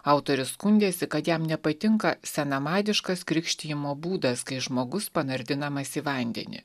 autorius skundėsi kad jam nepatinka senamadiškas krikštijimo būdas kai žmogus panardinamas į vandenį